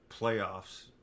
playoffs